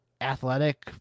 athletic